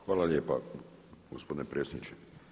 Hvala lijepa gospodine predsjedniče.